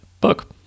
book